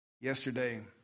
Yesterday